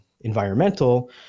environmental